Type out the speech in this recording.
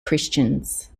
christians